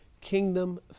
Kingdom